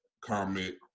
comment